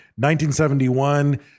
1971